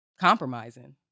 compromising